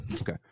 okay